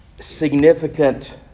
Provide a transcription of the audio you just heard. significant